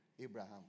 Abraham